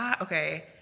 Okay